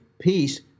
peace